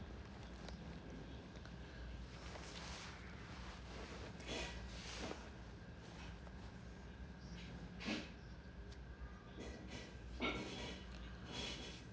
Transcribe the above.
okay